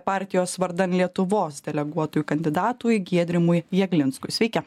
partijos vardan lietuvos deleguotųjų kandidatui giedrimui jeglinskui sveiki